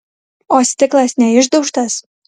o stiklas neišdaužtas